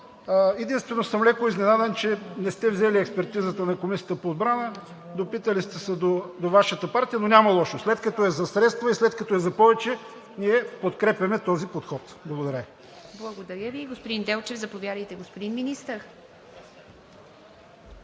Единствено съм леко изненадан, че не сте взели експертизата на Комисията по отбрана, допитали сте се до Вашата партия, но няма лошо, след като е за средства и след като е за повече, ние подкрепяме този подход. Благодаря Ви. ПРЕДСЕДАТЕЛ ИВА МИТЕВА: Благодаря Ви.